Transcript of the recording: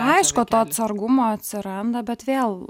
aišku to atsargumo atsiranda bet vėl